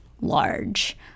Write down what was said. large